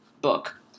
book